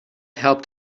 helped